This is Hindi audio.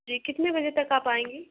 जी कितने बजे तक आप आएँगी